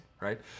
right